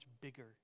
bigger